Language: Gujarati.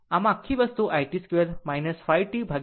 આ આખી વસ્તુ it2 0 to T4 બનાવો